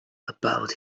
about